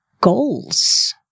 goals